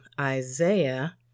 Isaiah